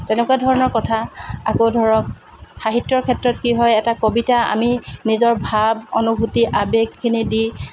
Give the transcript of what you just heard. তেনেকুৱা ধৰণৰ কথা আকৌ ধৰক সাহিত্যৰ ক্ষেত্ৰত কি হয় এটা কবিতা আমি নিজৰ ভাৱ অনুভূতি আৱেগখিনি দি